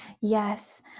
yes